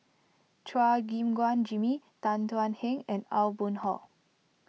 Chua Gim Guan Jimmy Tan Thuan Heng and Aw Boon Haw